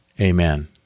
Amen